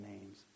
names